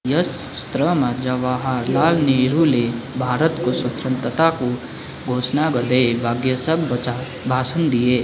यस सत्रमा जवाहरलाल नेहरूले भारतको स्वतन्त्रताको घोषणा गर्दै भाग्यसँग वचा भाषण दिए